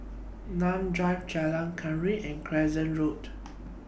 Nim Drive Jalan Kenarah and Crescent Road